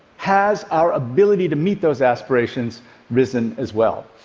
has our ability to meet those aspirations risen as well?